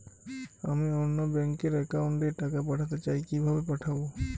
আমি অন্য ব্যাংক র অ্যাকাউন্ট এ টাকা পাঠাতে চাই কিভাবে পাঠাবো?